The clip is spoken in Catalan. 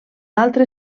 altre